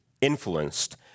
influenced